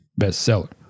bestseller